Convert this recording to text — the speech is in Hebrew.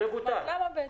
-- זה בוטל.